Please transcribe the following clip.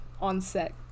On-set